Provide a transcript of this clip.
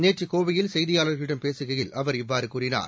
நேற்றுகோவையில் செய்தியாளர்களிடம் பேசுகையில் அவர் இவ்வாறுகூறினார்